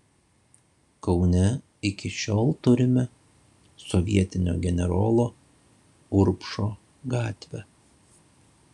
kaune iki šiol turime sovietinio generolo urbšo gatvę